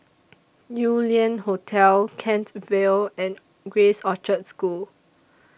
Yew Lian Hotel Kent Vale and Grace Orchard School